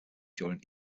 during